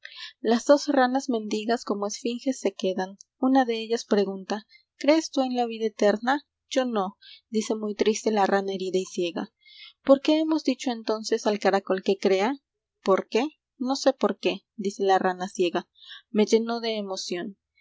las dos ranas mendigas como esfinge se quedan una de ellas pregunta crees tú en la vida eterna yo no dice muy triste la rana herida y ciega por qué hemos dicho entonces al caracol que crea por qué no se por qué dice la rana ciega me lleno de emoción